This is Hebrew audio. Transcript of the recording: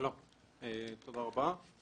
שלום, תודה רבה.